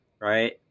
right